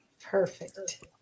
perfect